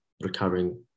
Recovering